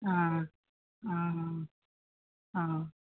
অঁ অঁ অঁ অঁ